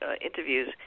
interviews